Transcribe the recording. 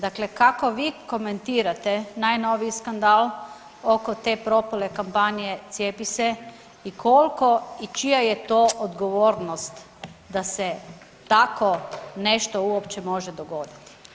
Dakle kako vi komentirate najnoviji skandal oko te propale kampanje Cijepi se i koliko i čija je to odgovornost da se tako nešto uopće može dogoditi?